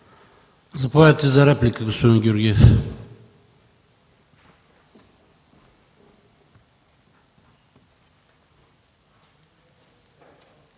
Заповядайте за реплика, господин Георгиев.